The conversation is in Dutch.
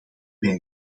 wij